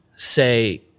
Say